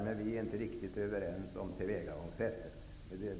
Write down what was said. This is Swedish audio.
Men vi är inte riktigt överens om tillvägagångssättet.